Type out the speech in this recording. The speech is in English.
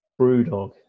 Brewdog